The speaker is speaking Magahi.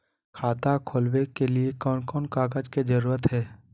खाता खोलवे के लिए कौन कौन कागज के जरूरत है?